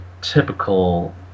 typical